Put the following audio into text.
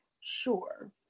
sure